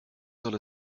soll